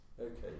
okay